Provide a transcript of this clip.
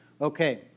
Okay